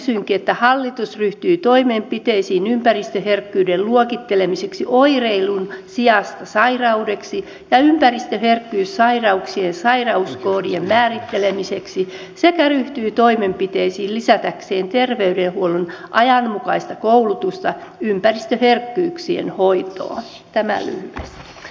toivonkin että hallitus ryhtyy toimenpiteisiin ympäristöherkkyyden luokittelemiseksi oireilun sijasta sairaudeksi ja ympäristöherkkyyssairauksien sairauskoodien määrittelemiseksi sekä ryhtyy toimenpiteisiin lisätäkseen terveydenhuollon ajanmukaista koulutusta ympäristöherkkyyksien hoitoon